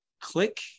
click